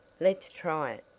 let's try it,